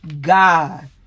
God